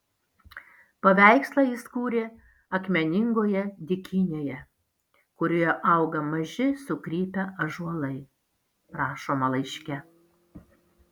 paveikslą jis kūrė akmeningoje dykynėje kurioje auga maži sukrypę ąžuolai rašoma laiške